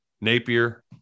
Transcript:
Napier